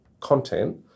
content